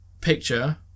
picture